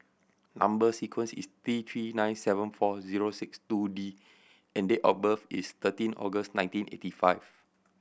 number sequence is T Three nine seven four zero six two D and date of birth is thirteen August nineteen eighty five